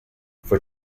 for